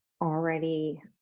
already